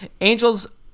Angels